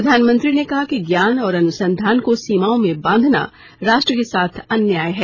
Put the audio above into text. प्रधानमंत्री ने कहा कि ज्ञान और अनुसंधान को सीमाओं में बांधना राष्ट्र के साथ अन्याय है